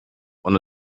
und